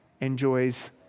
enjoys